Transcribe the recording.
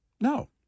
No